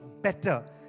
better